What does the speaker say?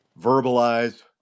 verbalize